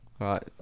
Right